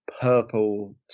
purple